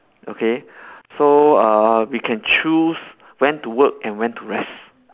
okay so uh we can choose when to work and when to rest